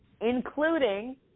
including